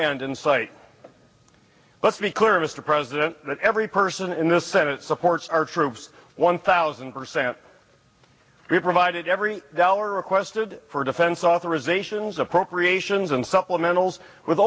end in sight let's be clear mr president that every person in this senate supports our troops one thousand percent we've provided every dollar requested for defense authorizations appropriations and supplementals with